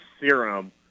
serum